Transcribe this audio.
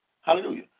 Hallelujah